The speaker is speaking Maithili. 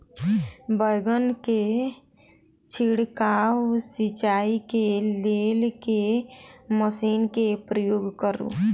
बैंगन केँ छिड़काव सिचाई केँ लेल केँ मशीन केँ प्रयोग करू?